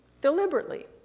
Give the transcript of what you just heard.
deliberately